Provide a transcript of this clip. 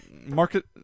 market